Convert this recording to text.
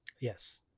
Yes